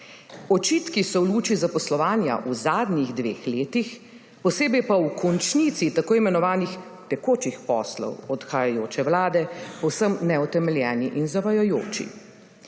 Očitki so v luči zaposlovanja v zadnjih dveh letih, posebej pa v končnici tako imenovanih tekočih poslov odhajajoče vlade, povsem neutemeljeni in zavajajoči.